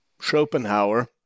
Schopenhauer